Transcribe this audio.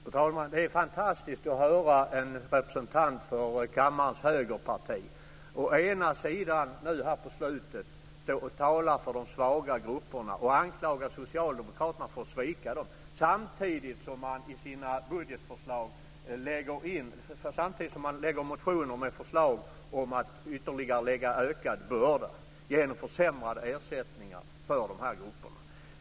Fru talman! Det är fantastiskt att höra en representant för kammarens högerparti å ena sidan nu här på slutet stå och tala för de svaga grupperna och anklaga socialdemokraterna för att svika dem, å andra sidan lägga in motioner med förslag om ytterligare ökad börda genom försämrade ersättningar för de här grupperna.